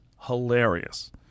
hilarious